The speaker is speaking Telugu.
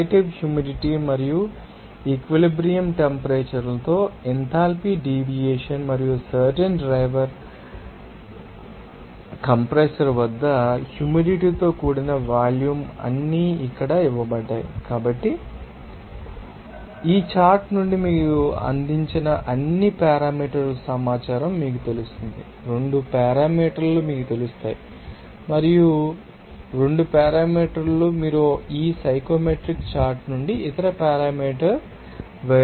రిలేటివ్ హ్యూమిడిటీ మరియు ఈక్విలిబ్రియం టెంపరేచర్ లతో ఎంథాల్పీ డీవియేషన్ మరియు సర్టెన్ డ్రైవర్ కంప్రెసర్ వద్ద హ్యూమిడిటీ తో కూడిన వాల్యూమ్ అన్నీ ఇక్కడ ఇవ్వబడ్డాయి కాబట్టి ఈ చార్ట్ నుండి మీకు అందించిన అన్ని పారామీటర్ సమాచారం మీకు లభిస్తుంది 2 పారామీటర్ మీకు తెలుస్తాయి మరియు నుండి ఈ 2 పారామీటర్ మీరు ఈ సైకోమెట్రిక్ చార్ట్ నుండి ఇతర పారామీటర్ ఇతర వేరియబుల్స్ చదవగలరు